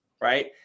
right